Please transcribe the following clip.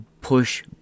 push